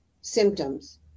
symptoms